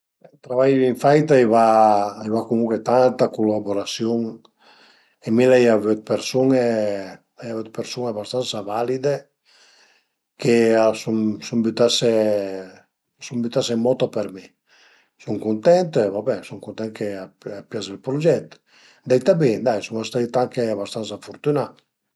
Mi travaié l'ai cumincià che avìa cuindis ani, me prim travai al e stait, stait travaié tacà ai trapani ën fabrica, pöi l'ai travaià ën po dë temp ënt i magazin e pöi l'ai cumincià a saldé, saldé al e sempre staita 'na mia pasiun, infatti l'ai cuntinuà për cuarant'ani e pöi sun andait ën pensiun